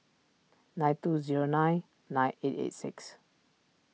nine two zero nine nine eight eight six